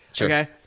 Okay